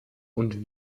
und